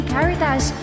Caritas